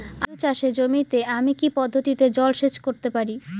আলু চাষে জমিতে আমি কী পদ্ধতিতে জলসেচ করতে পারি?